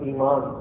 Iman